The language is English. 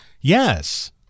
Yes